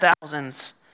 thousands